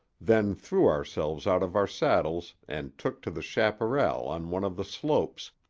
then threw ourselves out of our saddles and took to the chaparral on one of the slopes,